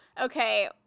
okay